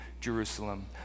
Jerusalem